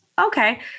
Okay